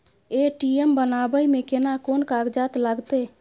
ATM बनाबै मे केना कोन कागजात लागतै?